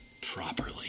properly